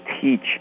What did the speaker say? teach